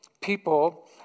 people